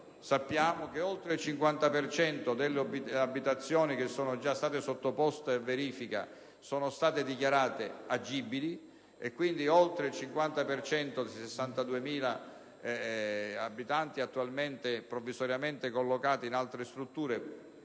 sappiamo che oltre il 50 per cento delle abitazioni che sono già state sottoposte a verifica è stato dichiarato agibile e, quindi, oltre il 50 per cento dei 62.000 abitanti attualmente e provvisoriamente collocati in altre strutture potrà